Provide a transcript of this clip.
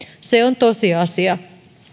se on tosiasia